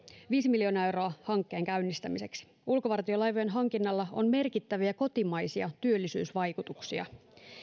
viisi miljoonaa euroa hankkeen käynnistämiseksi ulkovartiolaivojen hankinnalla on merkittäviä kotimaisia työllisyysvaikutuksia